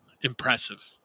impressive